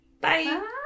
Bye